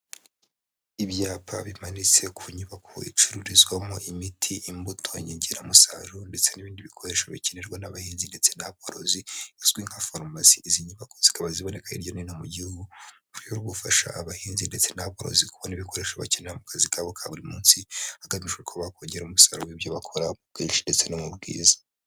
Ibyapa bimanitse ku nyubako icururizwamo imiti, imbuto, inyongeramusaruro ndetse n'ibindi bikoresho bikenerwa n'abahinzi ndetse n'aborozi izwi nka farumasi. Izi nyubako zikaba ziboneka hirya no hino mu gihugu mu rwego rwo gufasha abahinzi ndetse n'aborozi kubona ibikoresho bakenera mu kazi kabo ka buri munsi, hagamijweko bakongera umusaruro w'ibyo bakora mu bwinshi ndetse no mu bwiza.